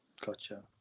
gotcha